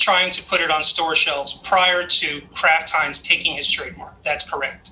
trying to put on store shelves prior to crack times taking his trademark that's correct